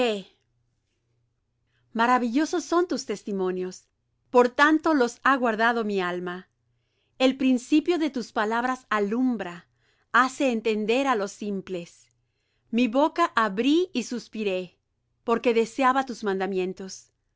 maravillosos son tus testimonios por tanto los ha guardado mi alma el principio de tus palabras alumbra hace entender á los simples mi boca abrí y suspiré porque deseaba tus mandamientos